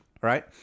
right